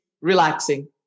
relaxing